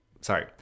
sorry